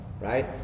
right